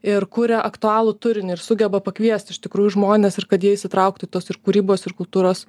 ir kuria aktualų turinį ir sugeba pakviesti iš tikrųjų žmones ir kad jie įsitrauktų į tuos ir kūrybos ir kultūros